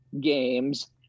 games